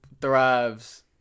thrives